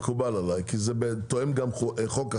זה מקובל עליי כי זה תואם גם חוק אחר,